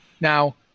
Now